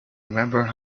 remember